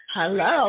Hello